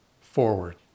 forward